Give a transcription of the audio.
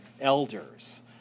elders